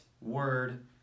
Word